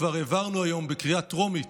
כבר העברנו היום בקריאה טרומית